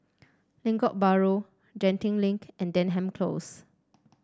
Lengkok Bahru Genting Link and Denham Close